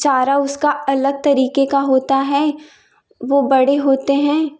चारा उसका अलग तरीके का होता है वो बड़े होते हैं